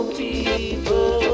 people